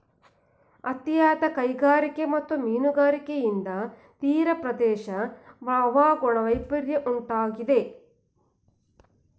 ಅತಿಯಾದ ಕೈಗಾರಿಕೆ ಮತ್ತು ಮೀನುಗಾರಿಕೆಯಿಂದ ತೀರಪ್ರದೇಶದ ವಾಯುಗುಣ ವೈಪರಿತ್ಯ ಉಂಟಾಗಿದೆ